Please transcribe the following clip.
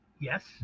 Yes